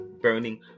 burning